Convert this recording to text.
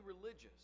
religious